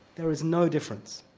there is no difference.